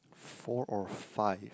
four or five